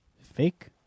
Fake